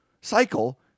cycle